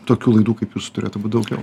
tokių laidų kaip jūsų turėtų būt daugiau